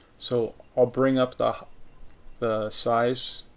so, i'll bring up the the size